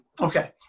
okay